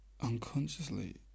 Unconsciously